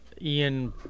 Ian